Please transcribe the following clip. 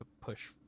push